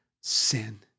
sin